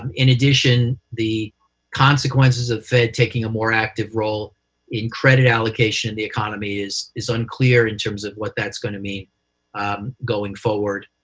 um in addition, the consequences of fed taking a more active role in credit allocation in the economy is is unclear in terms of what that's going to mean going forward.